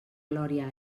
glòria